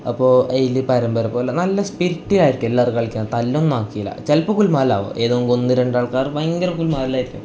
അപ്പോൾ അതിൽ പരമ്പര പോലെ നല്ല സ്പിരിറ്റ് ആയിരിക്കും എല്ലാവർക്കും കളിക്കാൻ തല്ലൊന്നും ആക്കില്ല ചിലപ്പോൾ ഗുലുമാലാവും ഏതെങ്കിലും ഒന്ന് രണ്ട് ആൾക്കാർ ഭയങ്കര ഗുലുമാലായിരിക്കും